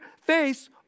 face